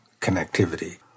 connectivity